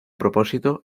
propósito